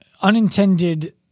unintended